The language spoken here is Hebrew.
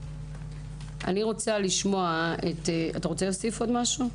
אתה רוצה להוסיף עוד משהו?